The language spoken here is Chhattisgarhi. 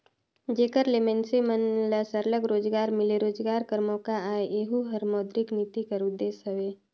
जेकर ले मइनसे मन ल सरलग रोजगार मिले, रोजगार कर मोका आए एहू हर मौद्रिक नीति कर उदेस हवे